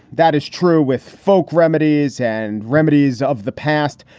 that is true with folk remedies and remedies of the past,